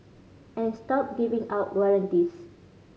and stop giving out warranties